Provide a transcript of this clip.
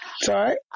Sorry